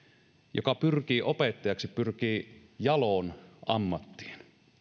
joka pyrkii opettajaksi pyrkii jaloon ammattiin